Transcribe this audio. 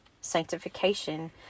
sanctification